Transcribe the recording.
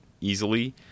easily